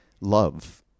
love